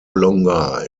longer